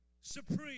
supreme